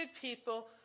people